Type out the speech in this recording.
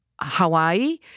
Hawaii